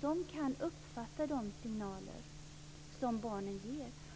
som kan uppfatta de signaler som de ger.